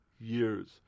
years